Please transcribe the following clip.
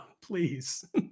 please